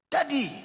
Daddy